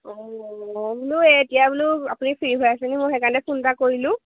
অঁ অঁ বোলো এতিয়া বোলো আপুনি ফ্ৰী হৈ আছে নহয় সেইকাৰণে ফোন এটা কৰিলোঁ